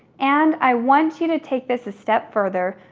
and i want you to take this a step further,